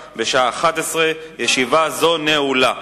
עשר, נגד, אפס, נמנעים,